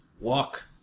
Walk